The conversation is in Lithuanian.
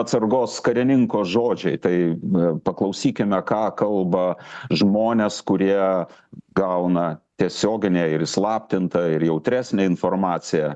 atsargos karininko žodžiai tai paklausykime ką kalba žmonės kurie gauna tiesioginę ir įslaptintą ir jautresnę informaciją